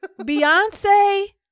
Beyonce